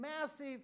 massive